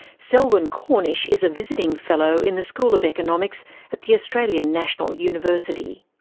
selwyn cornish is a visiting fellow in the school of economics at the australian national university.